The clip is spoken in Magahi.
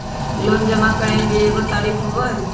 लोन जमा करेंगे एगो तारीक होबहई?